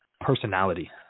personality